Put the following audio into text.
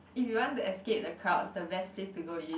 if you want to escape the crowds the best place to go is